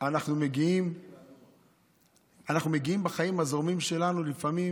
ואנחנו מגיעים בחיים הזורמים שלנו, לפעמים